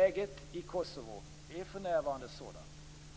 Läget i Kosovo är för närvarande sådant